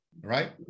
right